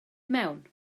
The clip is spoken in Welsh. mewn